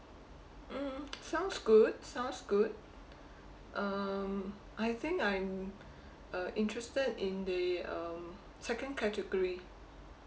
mmhmm sounds good sounds good um I think I'm uh interested in the um second category